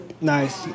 Nice